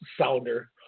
sounder